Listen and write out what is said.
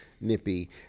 Nippy